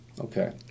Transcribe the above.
Okay